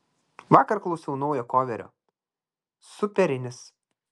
vakar klausiau naujo koverio superinis